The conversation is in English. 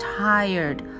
tired